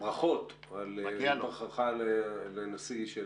ברכות על היבחרך לנשיא של